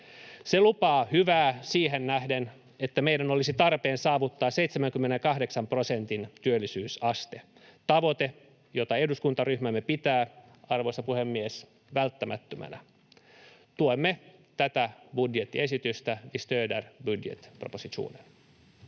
Se lupaa hyvää siihen nähden, että meidän olisi tarpeen saavuttaa 78 prosentin työllisyysaste, tavoite, jota eduskuntaryhmämme pitää, arvoisa puhemies, välttämättömänä. Tuemme tätä budjettiesitystä. Vi stöder budgetpropositionen.